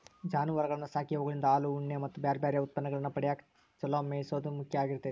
ಜಾನುವಾರಗಳನ್ನ ಸಾಕಿ ಅವುಗಳಿಂದ ಹಾಲು, ಉಣ್ಣೆ ಮತ್ತ್ ಬ್ಯಾರ್ಬ್ಯಾರೇ ಉತ್ಪನ್ನಗಳನ್ನ ಪಡ್ಯಾಕ ಚೊಲೋ ಮೇಯಿಸೋದು ಮುಖ್ಯ ಆಗಿರ್ತೇತಿ